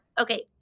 Okay